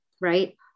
right